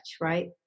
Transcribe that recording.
right